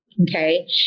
Okay